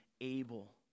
able